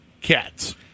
cats